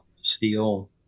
steel